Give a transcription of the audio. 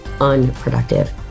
unproductive